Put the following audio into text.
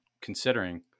considering